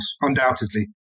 undoubtedly